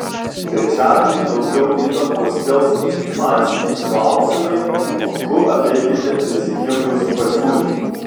trečiadienį daugiau įtampos kels finansiniai klausimai lanku apeikite rizikingus pasiūlymus